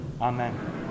Amen